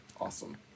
Awesome